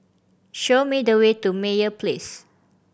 show me the way to Meyer Place